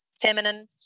feminine